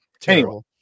Terrible